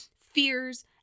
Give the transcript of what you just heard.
fears